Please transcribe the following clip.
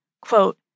Quote